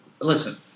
Listen